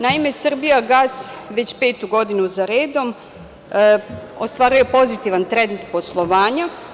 Naime, „Srbijagas“ već petu godinu za redom ostvaruje pozitivan trend poslovanja.